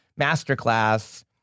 Masterclass